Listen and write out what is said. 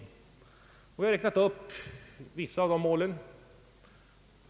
Vi har räknat upp vissa av de målen.